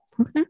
Okay